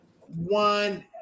One